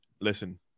Listen